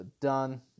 done